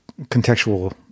contextual